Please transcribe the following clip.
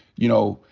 you know,